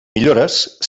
millores